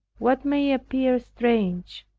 what may appear strange,